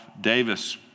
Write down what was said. Davis